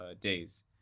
days